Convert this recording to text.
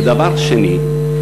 דבר שני,